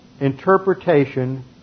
interpretation